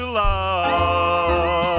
love